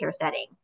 setting